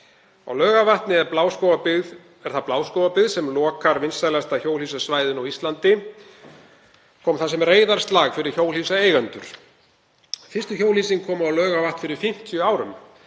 Á Laugarvatni er það Bláskógabyggð sem lokar vinsælasta hjólhýsasvæðinu á Íslandi og kom það sem reiðarslag fyrir hjólhýsaeigendur. Fyrstu hjólhýsin komu á Laugarvatn fyrir 50 árum.